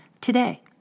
today